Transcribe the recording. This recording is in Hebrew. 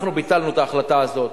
אנחנו ביטלנו את ההחלטה הזאת.